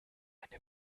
eine